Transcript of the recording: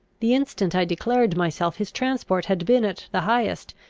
the instant i declared myself his transport had been at the highest,